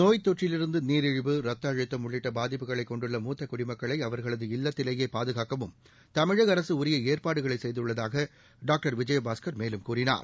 நோய்த்தொற்றிலிருந்து நீரிழிவு ரத்த அழுத்தம் உள்ளிட்ட பாதிப்புகளை கொண்டுள்ள மூத்த குடிமக்களை அவர்களது இல்லத்திலேயே பாதுகாக்கவும் தமிழக அரசு உரிய ஏற்பாடுகளை செய்துள்ளதாக டாக்டர் விஜயபாஸ்கர் மேலும் கூறினார்